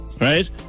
right